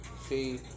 see